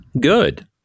Good